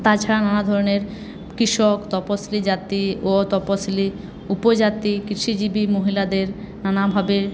তাছাড়া নানা ধরণের কৃষক তপশিলি জাতি ও তপশিলি উপজাতি কৃষিজীবি মহিলাদের নানাভাবে